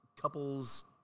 couples